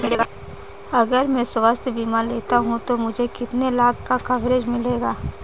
अगर मैं स्वास्थ्य बीमा लेता हूं तो मुझे कितने लाख का कवरेज मिलेगा?